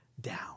down